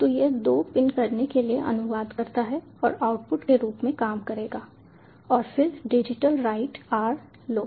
तो यह 2 पिन करने के लिए अनुवाद करता है आउटपुट के रूप में काम करेगा और फिर digitalWrite r लो